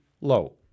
low